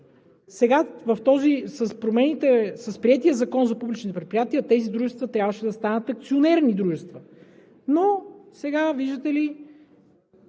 отговорност. С приетия Закон за публичните предприятия тези дружества трябваше да станат акционерни дружества. Но сега, виждате ли,